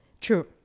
true